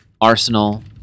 Arsenal